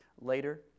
later